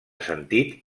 sentit